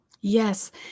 Yes